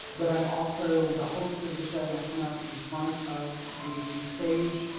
but i'm also the host of the show and i come out in front of the stage,